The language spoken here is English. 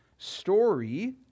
story